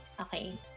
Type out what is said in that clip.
okay